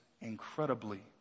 incredibly